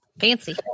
Fancy